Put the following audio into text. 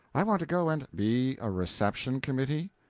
i want to go and be a reception committee?